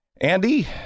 Andy